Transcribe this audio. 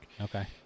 Okay